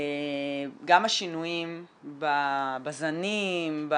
גם את השינויים בזנים,